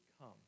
come